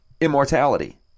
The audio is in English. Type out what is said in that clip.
Immortality